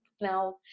now